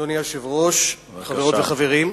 אדוני היושב-ראש, תודה, חברות וחברים,